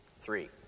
Three